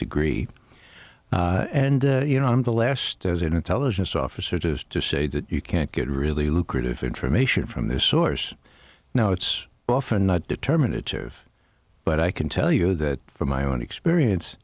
degree and you know i'm the last as an intelligence officer just to say that you can't get really lucrative information from this source now it's often not determinative but i can tell you that from my own experience